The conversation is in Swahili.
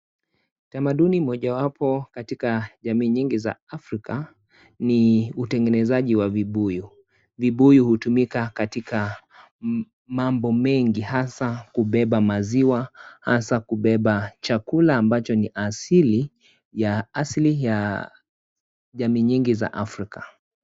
Tamaduni mojawapo katika jamii nyingi za Afrika ni utengenezaji wa vibuyu, vibuyu hutumika katika mambo mengi hasa kubeba maziwa, hasa kubeba chakula ambacho ni asili ya jamii nyingi za Afrika.